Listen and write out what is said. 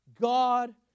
God